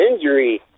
injury